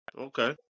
Okay